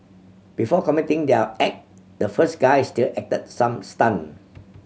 before committing their act the first guy still acted some stunt